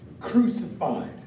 crucified